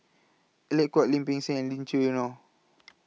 Alec Kuok Lim Peng Siang and Lee Choo Neo